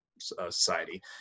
society